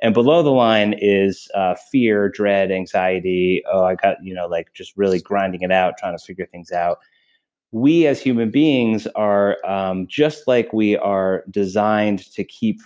and below the line is fear, dread, anxiety, oh i got you know like just really grinding it out. i'm trying to figure things out we as human beings are. um just like we are designed to keep